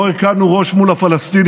לא הקלנו ראש מול הפלסטינים,